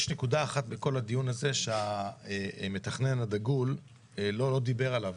יש נקודה אחת בכל הדיון הזה שהמתכנן הדגול לא דיבר עליה,